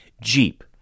Jeep